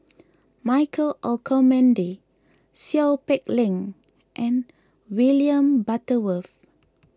Michael Olcomendy Seow Peck Leng and William Butterworth